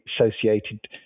associated